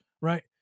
right